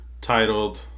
titled